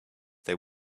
they